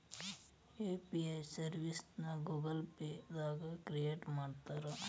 UPI ಸರ್ವಿಸ್ನ Google Pay ದಾಗ create ಮಾಡ್ತಾರಾ